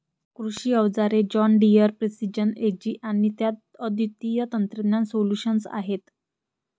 कृषी अवजारे John Deere precision ag आणि त्यात अद्वितीय तंत्रज्ञान सोल्यूशन्स आहेत